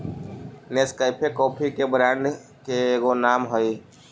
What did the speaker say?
Nescafe coffee के brand के एगो नाम हई